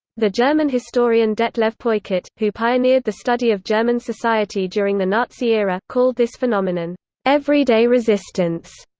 the german historian detlev peukert, who pioneered the study of german society during the nazi era, called this phenomenon everyday resistance.